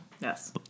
Yes